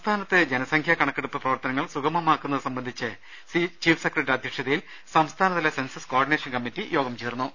സംസ്ഥാനത്ത് ജനസംഖ്യാ കണക്കെ ടുപ്പ് പ്രവർത്തനങ്ങൾ സുഗമമാക്കുന്നത് സംബന്ധിച്ച് ചീഫ് സെക്ര ട്ടറിയുടെ അധ്യക്ഷതയിൽ സംസ്ഥാനതല സെൻസസ് കോഓഡിനേ ഷൻ കമ്മിറ്റി യോഗം ചേർന്നു